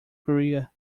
korea